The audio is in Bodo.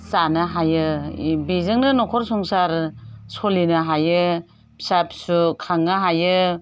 जानो हायो बेजोंनो न'खर संसार सोलिनो हायो फिसा फिसौ खांनो हायो